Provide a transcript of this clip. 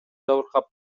жабыркап